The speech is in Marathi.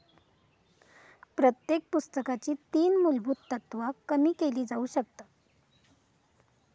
प्रत्येक पुस्तकाची तीन मुलभुत तत्त्वा कमी केली जाउ शकतत